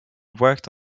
worked